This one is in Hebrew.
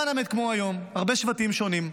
למען האמת, כמו היום, הרבה שבטים שונים,